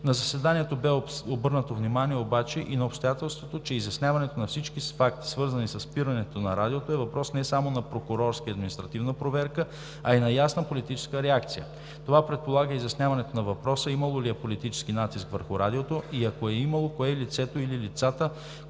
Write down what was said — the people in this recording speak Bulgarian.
На заседанието бе обърнато внимание обаче и на обстоятелството, че изясняването на всички факти, свързани със спирането на радиото, е въпрос не само на прокурорска и административна проверка, а и на ясна политическа реакция. Това предполага изясняването на въпроса, имало ли е политически натиск върху радиото и ако е имало, кое е лицето или лицата,